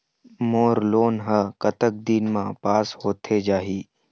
मोर loan हा कतक दिन मा पास होथे जाही?